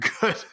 good